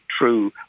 true